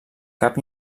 cap